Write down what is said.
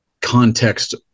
context